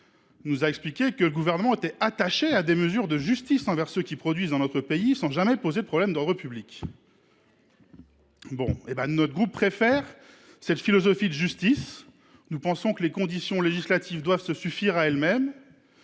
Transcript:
a ainsi expliqué que le Gouvernement était attaché à des mesures de justice envers ceux qui produisent dans notre pays sans jamais poser de problèmes à l’ordre public. Le groupe GEST préfère cette philosophie de justice. Les conditions législatives doivent se suffire à elles mêmes.